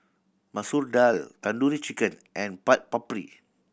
Masoor Dal Tandoori Chicken and Chaat Papri